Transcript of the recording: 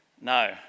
no